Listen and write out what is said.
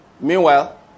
Meanwhile